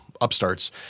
upstarts